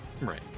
Right